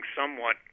somewhat